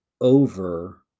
over